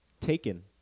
Taken